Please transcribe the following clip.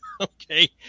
Okay